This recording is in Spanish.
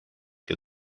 que